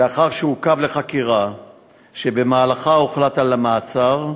לאחר שעוכב לחקירה שבמהלכה הוחלט על המעצר.